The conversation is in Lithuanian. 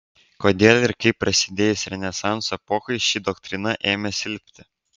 kodėl ir kaip prasidėjus renesanso epochai ši doktrina ėmė silpti